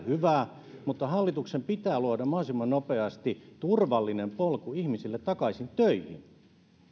hyvä mutta hallituksen pitää luoda mahdollisimman nopeasti turvallinen polku ihmisille takaisin töihin